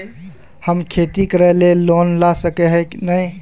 हम खेती करे ले लोन ला सके है नय?